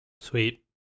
Sweet